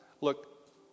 Look